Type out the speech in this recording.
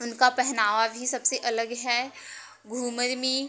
उनका पहनावा भी सबसे अलग है घूमर में